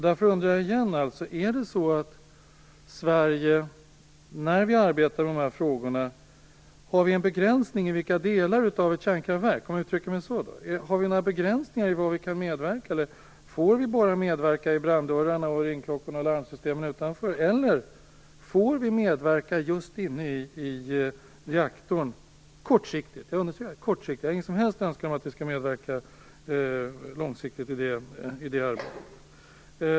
Därför undrar jag igen: Är det så att Sverige när vi arbetar med de här frågorna har en begränsning av i vilka delar av ett kärnkraftverk vi kan medverka i arbetet? Får vi bara medverka när det gäller branddörrarna, ringklockorna och alarmsystemen eller får vi medverka till kortsiktiga förbättringar inne i själva reaktorn? Jag har ingen som helst önskan att vi skall medverka långsiktigt i det arbetet.